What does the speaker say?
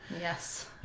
Yes